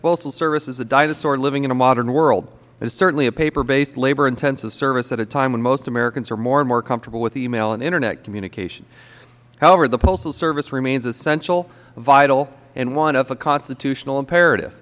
postal service is a dinosaur living in a modern world it is certainly a paper based labor intensive service at a time when most americans are more and more comfortable with email and internet communication however the postal service remains essential vital in want of a constitutional imperative